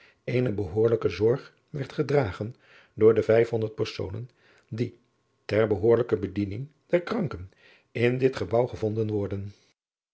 eene behoorlijke zorge werd gedragen door de vijf honderd personen die ter behoorlijke bediening der kranken in dit gebouw gevonden worden